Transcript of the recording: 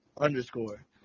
underscore